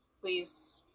please